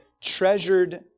treasured